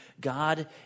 God